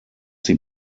sie